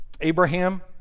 Abraham